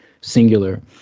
singular